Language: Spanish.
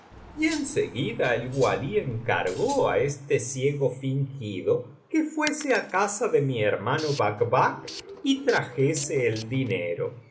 y en seguida el walí encargó á este ciego fingido que fuese á casa de mi hermano bacbac y trajese el dinero